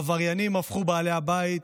העבריינים הפכו בעלי הבית.